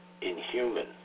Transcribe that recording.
inhuman